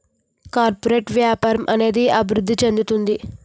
corporate వ్యాపారం అనేది అభివృద్ధి చెందుతుంది